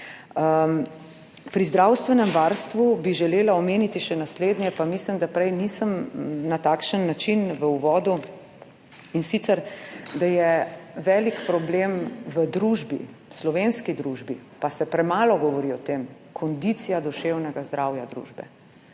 Pri zdravstvenem varstvu bi želela omeniti še naslednje, pa mislim, da prej nisem na takšen način v uvodu, in sicer da je velik problem v družbi, v slovenski družbi, pa se premalo govori o tem, kondicija duševnega zdravja družbe.